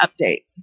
update